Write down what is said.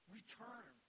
return